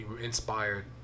inspired